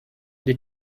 the